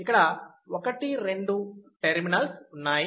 ఇక్కడ 1 2 టెర్మినల్స్ ఉన్నాయి